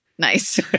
nice